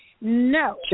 No